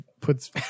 puts